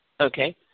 Okay